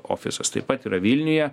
ofisas taip pat yra vilniuje